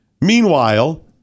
Meanwhile